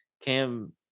Cam